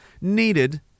needed